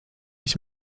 ich